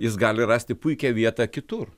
jis gali rasti puikią vietą kitur